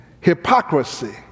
hypocrisy